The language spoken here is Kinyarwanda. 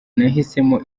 nahisemo